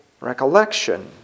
recollection